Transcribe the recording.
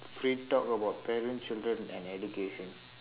free talk about parent children and education